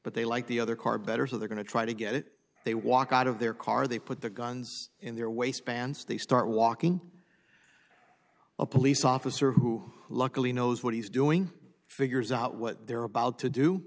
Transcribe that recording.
but they like the other car better so they're going to try to get it they walk out of their car they put their guns in their waistbands they start walking a police officer who luckily knows what he's doing figures out what they're about to do